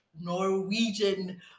Norwegian